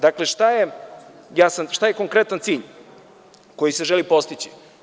Dakle, šta je konkretan cilj koji se želi postići?